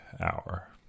hour